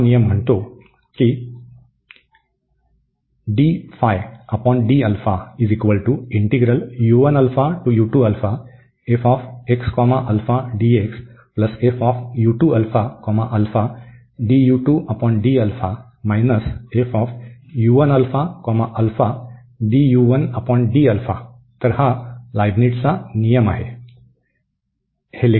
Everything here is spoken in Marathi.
तर हा नियम म्हणतो तर हा लीबनिट्झचा नियम आहे